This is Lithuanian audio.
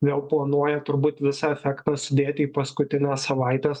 neoponuoja turbūt visą efektą sudėti į paskutines savaites